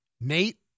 Nate